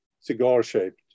cigar-shaped